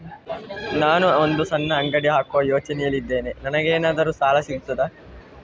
ನಾನು ಒಂದು ಸಣ್ಣ ಅಂಗಡಿ ಹಾಕುವ ಯೋಚನೆಯಲ್ಲಿ ಇದ್ದೇನೆ, ನನಗೇನಾದರೂ ಸಾಲ ಸಿಗ್ತದಾ?